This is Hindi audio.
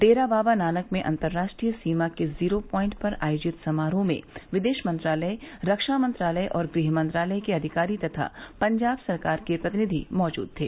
डेरा बाबा नानक में अंतर्राष्ट्रीय सीमा के ज़ीरो प्वाइंट पर आयोजित समारोह में विदेश मंत्रालय रक्षा मंत्रालय और गृह मंत्रालय के अधिकारी तथा पंजाब सरकार के प्रतिनिधि मौजूद थे